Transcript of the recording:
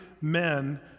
men